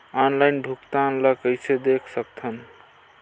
Online भुगतान ल कइसे देख सकथन?